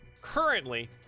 currently